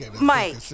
Mike